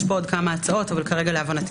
יש כאן עוד כמה הצעות אבל כרגע להבנתי